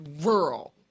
Rural